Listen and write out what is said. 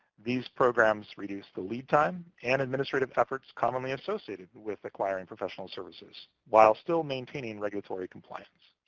these programs reduce the lead time and administrative efforts commonly associated and with acquiring professional services while still maintaining regulatory compliance.